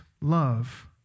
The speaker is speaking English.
love